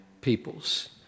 peoples